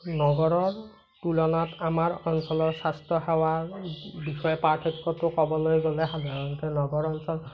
নগৰৰ তুলনাত আমাৰ অঞ্চলৰ স্বাস্থ্যসেৱা বিষয়ে পাৰ্থক্যটো ক'বলৈ গ'লে সাধাৰণতে নগৰ অঞ্চলত